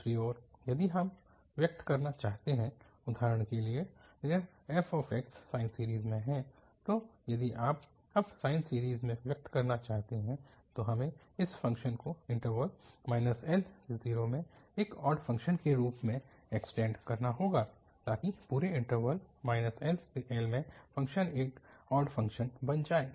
दूसरी ओर यदि हम व्यक्त करना चाहते हैं उदाहरण के लिए यह f साइन सीरीज़ में है तो यदि आप अब साइन सीरीज़ में व्यक्त करना चाहते हैं तो हमें इस फ़ंक्शन को इन्टरवल L0 में एक ऑड फ़ंक्शन के रूप में एक्सटेंड करना होगा ताकि पूरे इन्टरवल LL में फ़ंक्शन एक ऑड फ़ंक्शन बन जाए